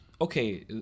okay